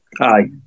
aye